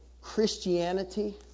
christianity